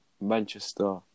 Manchester